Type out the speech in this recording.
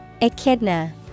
Echidna